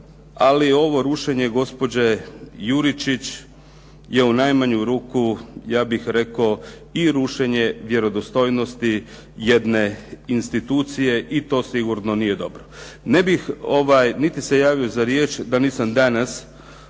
ali ovo rušenje gospođe Juričić je u najmanju ruku, ja bih rekao i rušenje vjerodostojnosti jedne institucije, i to sigurno nije dobro. Ne bih ovaj niti se javio za riječ da nisam danas